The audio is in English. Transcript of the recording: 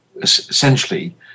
essentially